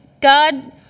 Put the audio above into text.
God